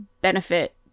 benefit